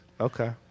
Okay